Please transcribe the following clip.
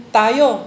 tayo